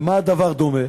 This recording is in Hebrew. למה הדבר דומה?